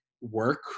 work